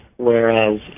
Whereas